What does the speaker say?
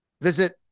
Visit